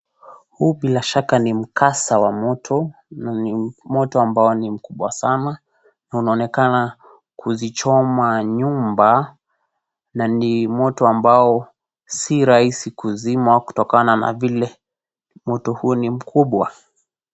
Huu bila shaka ni mkasa wa moto. Ni moto ambao ni mkubwa sana, na unaonekana kuzichoma nyumba na ni moto ambao si rahisi kuzima kutokana na vile moto huu ni mkubwa.